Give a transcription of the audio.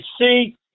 see